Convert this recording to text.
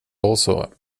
also